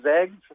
eggs